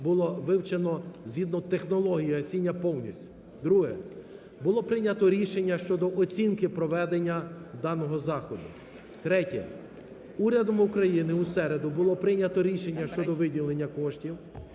було вивчено згідно технології гасіння повністю. Друге. Було прийнято рішення щодо оцінки проведення даного заходу. Третє. Урядом України у середу було прийнято рішення щодо виділення коштів,